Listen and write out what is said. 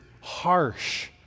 harsh